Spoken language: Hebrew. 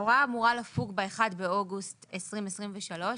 ההוראה אמורה לפוג ב-1 באוגוסט 2023 והוועדה